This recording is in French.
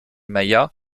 maya